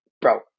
bro